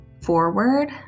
forward